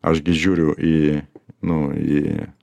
aš gi žiūriu į nu į